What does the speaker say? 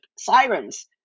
sirens